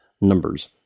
numbers